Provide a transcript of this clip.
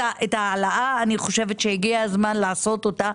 אני חושבת שהגיע הזמן לעשות את ההעלאה,